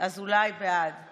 לוועדת העבודה,